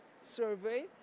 survey